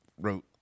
wrote